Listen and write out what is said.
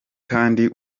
kandi